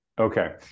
Okay